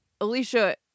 Alicia